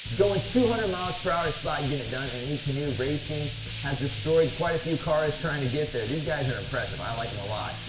going two hundred miles per hour is flat getting it done. and ekanoo racing has destroyed quite a few cars trying to get there these guys are impressive. i like them a lot.